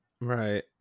right